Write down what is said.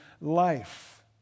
life